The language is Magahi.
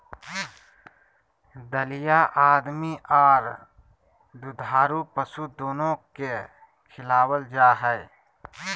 दलिया आदमी आर दुधारू पशु दोनो के खिलावल जा हई,